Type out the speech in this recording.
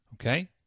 Okay